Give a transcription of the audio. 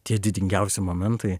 tie didingiausi momentai